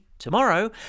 tomorrow